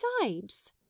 besides